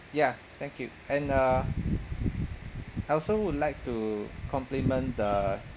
ya thank you and uh I also would like to compliment the